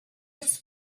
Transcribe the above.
was